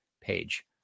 page